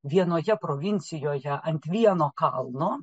vienoje provincijoje ant vieno kalno